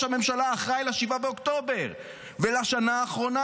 הממשלה אחראי ל-7 באוקטובר ולשנה האחרונה?